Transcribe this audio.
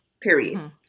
period